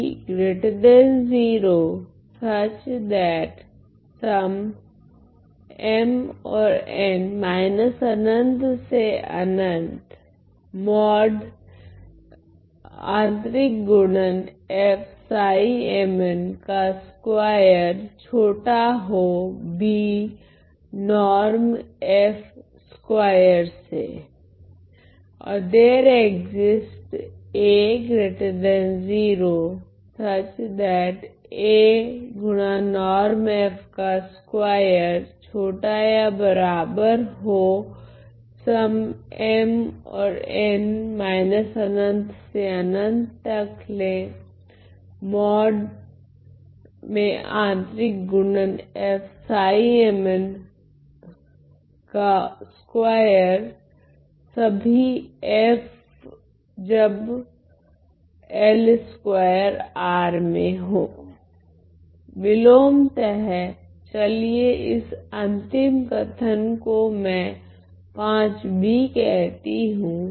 विलोमतः चलिए इस अंतिम कथन को में Vb कहती हूँ